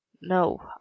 No